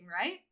right